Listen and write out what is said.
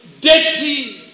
dirty